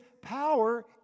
power